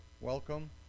welcome